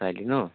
চাগে ন